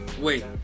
wait